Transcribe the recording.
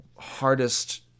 Hardest